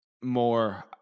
more